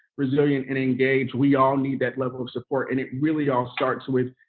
resilient and engaged. we all need that level of support. and it really all starts with,